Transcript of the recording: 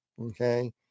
Okay